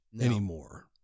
anymore